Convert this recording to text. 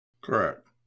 correct